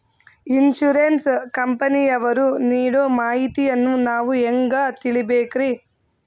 Insurance ಕಂಪನಿಯವರು ನೀಡೋ ಮಾಹಿತಿಯನ್ನು ನಾವು ಹೆಂಗಾ ತಿಳಿಬೇಕ್ರಿ?